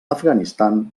afganistan